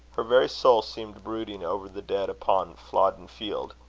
her very soul seemed brooding over the dead upon flodden field,